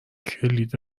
کلید